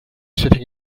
sitting